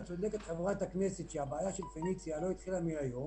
צודקת חברת הכנסת שהבעיה של "פניציה" לא התחילה מהיום,